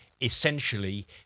essentially